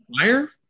fire